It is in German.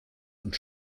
und